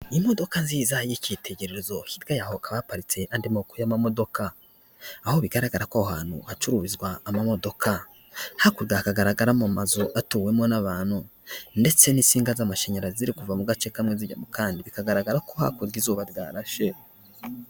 Ni imodoka nziza y'icyitegererezo hirya yaho hakaba haparitse andi moko y'amamodoka aho bigaragara ko hacururizwa amamodoka hakurya hagaragara mu mazu atuwemo n'abantu ndetse n'isinga z'amashanyarazi kuva mu gace kamwe zijya mu kandi bikagaragara ko hakorya izuba ryarashe.